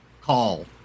call